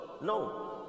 No